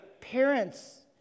parents